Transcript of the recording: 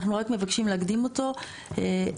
אנחנו רק מבקשים להקדים אותו לאור